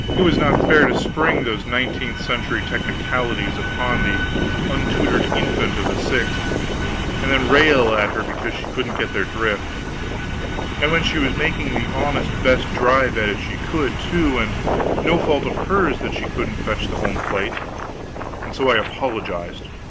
it was not fair to spring those nineteenth century technicalities upon the untutored infant of the sixth and then rail at her because she couldn't get their drift and when she was making the honest best drive at it she could, too, and no fault of hers that she couldn't fetch the home plate and so i apologized.